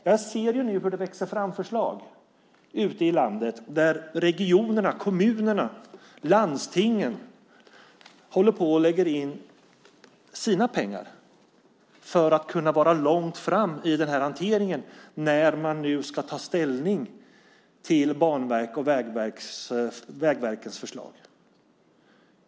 Jag ser nu hur det växer fram förslag ute i landet, där regionerna, kommunerna och landstingen håller på och lägger in sina pengar för att kunna vara långt fram i hanteringen när man nu ska ta ställning till Banverkets och Vägverkets förslag.